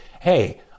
hey